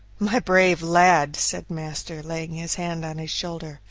my brave lad! said master, laying his hand on his shoulder,